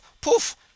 poof